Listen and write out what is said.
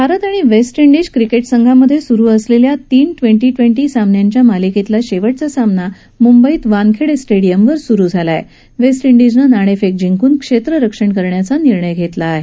भारत आणि West Indies cricket संघांमध्ये सुरू असलेल्या तीन टवेंटी टवेंटी सामन्यांच्या मालिकेतला शेवटचा सामना मुंबईत वानखेडे स्टेडियमवर स्रू झाला असून वेस्टइंडीजनं नाणेफेक जिंकून क्षेत्ररक्षण करण्याचा निर्णय घेतला आहे